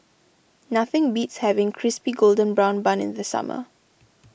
nothing beats having Crispy Golden Brown Bun in the summer